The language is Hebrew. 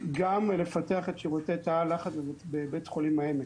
גם לפתח את שירותי תא הלחץ בבית חולים העמק.